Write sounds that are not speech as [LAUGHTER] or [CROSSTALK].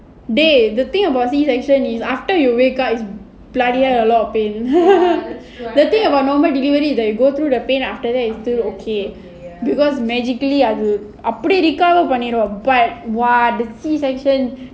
dey the thing about C section is after you wake up it's bloody a lot of pain [LAUGHS] the thing about normal delivery is that you go through the pain after that it's still okay because magically அது அப்டி:adhu apdi recover பண்ணிடுவாங்க:panniduvaanga but !wah! the C section